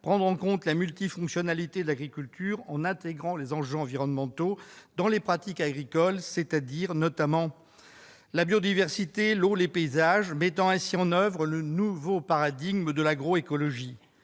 prendre en considération la multifonctionnalité de l'agriculture en intégrant les enjeux environnementaux dans les pratiques agricoles, notamment la biodiversité, l'eau, les paysages, et de mettre ainsi en oeuvre le nouveau paradigme de l'agroécologie.